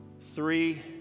Three